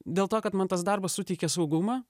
dėl to kad man tas darbas suteikia saugumą